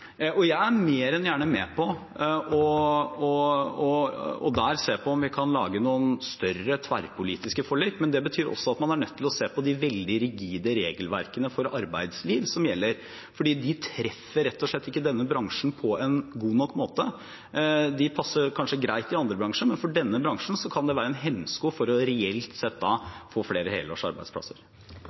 Jeg er mer enn gjerne med på å se på om vi kan lage noen større tverrpolitiske forlik, men det betyr også at man er nødt til å se på de veldig rigide regelverkene som gjelder for arbeidslivet. De treffer rett og slett ikke denne bransjen på en god nok måte. De passer kanskje greit i andre bransjer, men for denne bransjen kan det være en hemsko for å få flere helårsarbeidsplasser reelt sett. Da